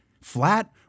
flat